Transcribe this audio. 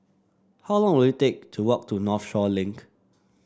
how long will it take to walk to Northshore Link